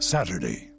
Saturday